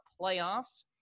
playoffs